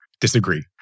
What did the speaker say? disagree